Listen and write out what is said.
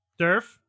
Durf